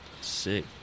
Sick